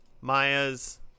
Maya's